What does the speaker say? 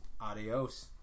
Adios